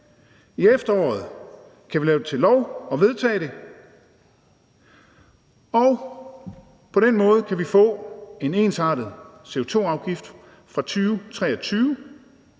efteråret kan vi vedtage det og lave det til lov, og på den måde kan vi få en ensartet CO2-afgift fra 2023